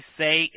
say